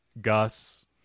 Gus